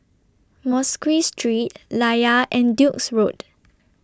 Mosque Street Layar and Duke's Road